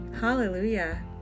Hallelujah